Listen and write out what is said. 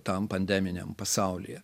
tam pandeminiam pasaulyje